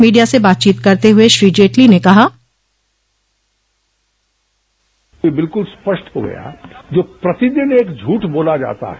media से बातचीत करते हुए श्री जेटली ने कहा ये बिलकुल स्पष्ट हो गया जो प्रतिदिन एक झूठ बोला जाता है